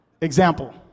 Example